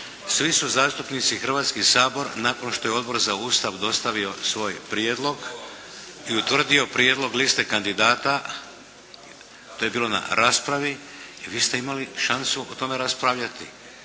Svi su zastupnici Hrvatski sabor nakon što je Odbor za Ustav dostavio svoj prijedlog i utvrdio prijedlog liste kandidata, to je bilo na raspravi i vi ste imali šansu oko toga raspravljati.